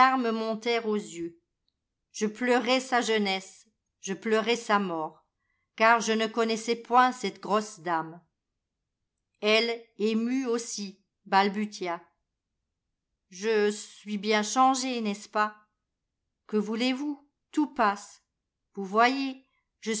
montèrent aux yeux je pleurais sa jeunesse je pleurais sa mort car je ne connaissais point cette grosse dame elle émue aussi balbutia je suis bien changée n'est-ce pas que voulez-vous tout passe vous voyez je